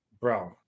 bro